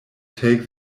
take